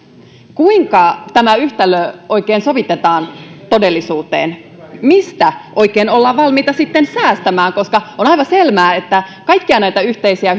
kuinka tämä yhtälö oikein sovitetaan todellisuuteen mistä oikein ollaan valmiita sitten säästämään on aivan selvää että kaikkia näitä yhteisiä